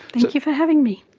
thank you for having me.